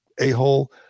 a-hole